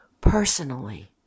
personally